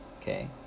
Okay